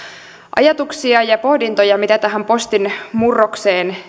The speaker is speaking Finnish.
ajatuksia ja pohdintoja mitä tähän postin murrokseen